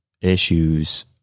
issues